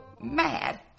mad